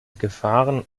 gefahren